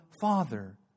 Father